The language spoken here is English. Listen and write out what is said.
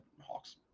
Hawks